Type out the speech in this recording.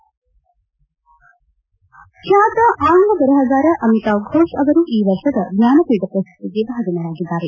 ಬ್ಬಾತ ಆಂಗ್ಲ ಬರಹಗಾರ ಅಮಿತವ್ ಘೋಷ್ ಅವರು ಈ ವರ್ಷದ ಜ್ವಾನಪೀಠ ಪ್ರಶಸ್ತಿಗೆ ಭಾಜನರಾಗಿದ್ದಾರೆ